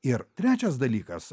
ir trečias dalykas